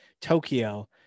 tokyo